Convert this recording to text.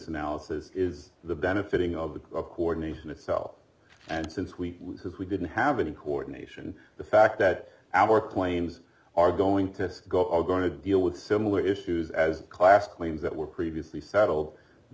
analysis is the benefiting all because of coordination itself and since we as we didn't have any coordination the fact that our planes are going to go are going to deal with similar issues as class claims that were previously saddled you